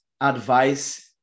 advice